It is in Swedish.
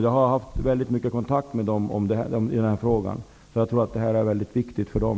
Jag har haft mycket kontakt med dem i den här frågan. Jag tror att detta är väldigt viktigt för dem.